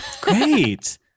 Great